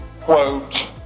quote